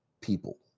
people